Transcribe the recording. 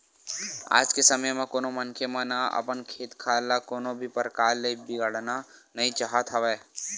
आज के समे म कोनो मनखे मन ह अपन खेत खार ल कोनो भी परकार ले बिगाड़ना नइ चाहत हवय